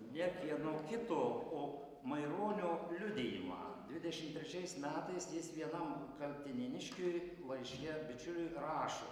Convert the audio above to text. ne kieno kito o maironio liudijimą dvidešim trečiais metais vienam kaltinėniškiui laiške bičiuliai rašo